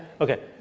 okay